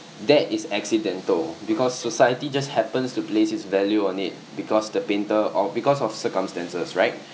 that is accidental because society just happens to place its value on it because the painter or because of circumstances right